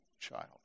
child